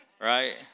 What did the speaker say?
Right